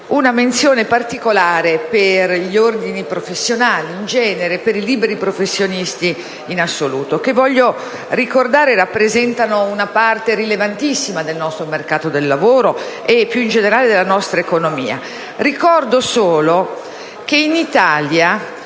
una menzione particolare per gli ordini professionali in genere e per i liberi professionisti in assoluto, che - voglio ricordare - rappresentano una parte rilevantissima del nostro mercato del lavoro e più in generale della nostra economia. Ricordo solo che in Italia